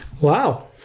wow